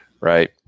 right